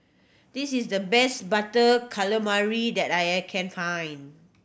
this is the best Butter Calamari that I can find